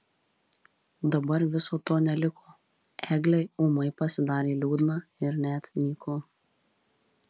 dabar viso to neliko eglei ūmai pasidarė liūdna ir net nyku